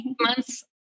months